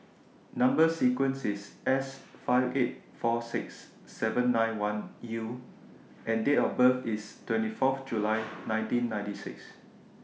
Number sequence IS S five eight four six seven nine one U and Date of birth IS twenty Fourth July nineteen ninety six